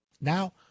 Now